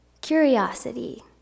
curiosity